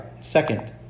Second